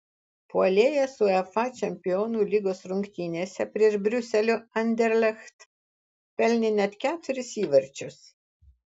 puolėjas uefa čempionų lygos rungtynėse prieš briuselio anderlecht pelnė net keturis įvarčius